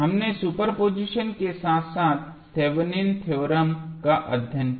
हमने सुपरपोज़िशन के साथ साथ थेवेनिन थ्योरम का अध्ययन किया